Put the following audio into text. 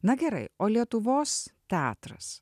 na gerai o lietuvos teatras